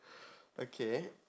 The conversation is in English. okay